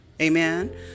Amen